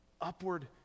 Upward